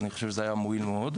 אני חושב שזה היה מועיל מאוד.